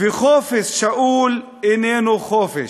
וחופש שאול איננו חופש.